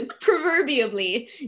Proverbially